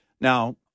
Now